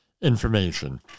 information